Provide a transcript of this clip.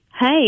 hey